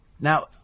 Now